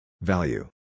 Value